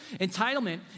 Entitlement